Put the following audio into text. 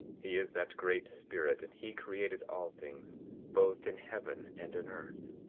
he is that great spirit, and he created all things both in heaven and in earth.